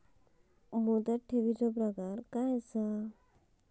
मुदत ठेवीचो प्रकार काय असा?